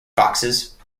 foxes